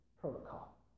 protocol